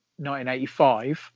1985